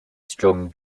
strong